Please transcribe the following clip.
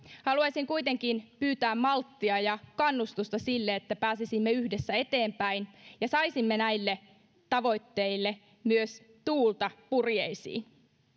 haluaisin kuitenkin pyytää malttia ja kannustusta sille että pääsisimme yhdessä eteenpäin ja saisimme näille tavoitteille myös tuulta purjeisiin